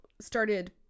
started